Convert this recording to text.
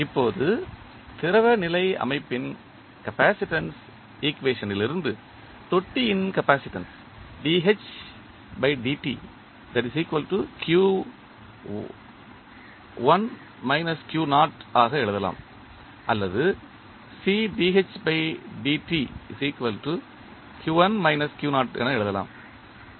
இப்போது திரவ நிலை அமைப்பின் கப்பாசிட்டன்ஸ் ஈக்குவேஷன் லிருந்து தொட்டியின் கப்பாசிட்டன்ஸ் ஆக எழுதலாம் அல்லது என எழுதலாம்